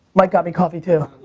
mike got me coffee too.